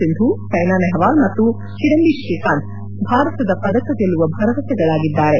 ಸಿಂಧೂ ಸೈನಾ ನೆಹ್ವಾಲ್ ಮತ್ತು ಕಿಡಂಬಿ ಶ್ರೀಕಾಂತ್ ಭಾರತದ ಪದಕ ಗೆಲ್ಲುವ ಭರವಸೆಗಳಾಗಿದ್ದಾರೆ